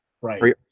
Right